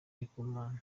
ndikumana